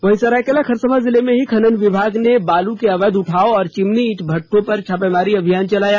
वहीं सरायकेला खरसावां जिला खनन विभाग ने बालू के अवैध उठाव और चिमनी ईंट भट्टों पर छापामारी अभियान चलाया